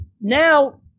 now